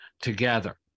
together